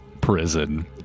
prison